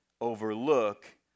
overlook